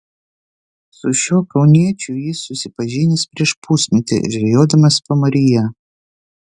su šiuo kauniečiu jis susipažinęs prieš pusmetį žvejodamas pamaryje